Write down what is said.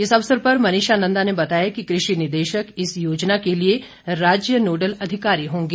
इस अवसर पर मनीषा नंदा ने बताया कि कृषि निदेशक इस योजना के लिए राज्य नोडल अधिकारी होंगे